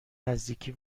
نزدیکی